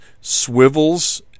swivels